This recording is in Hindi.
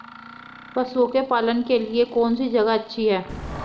पशुओं के पालन के लिए कौनसी जगह अच्छी है?